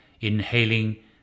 inhaling